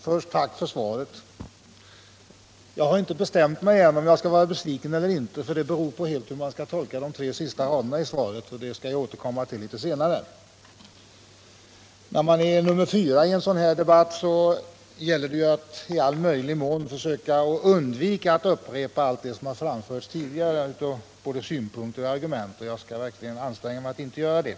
Herr talman! Först vill jag tacka kommunikationsministern för svaret. Jag har ännu inte bestämt mig för om jag skall vara besviken över det eller inte — det beror helt på hur man skall tolka de tre sista raderna i svaret, men till detta skall jag återkomma senare. Som fjärde talare i en sådan här debatt gäller det att försöka att inte upprepa allt som framförts tidigare i form av synpunkter och argument, och jag skall verkligen anstränga mig att inte göra det.